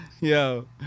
Yo